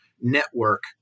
network